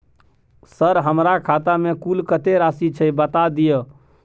Sir हमरा खाता में कुल कत्ते राशि छै बता दिय?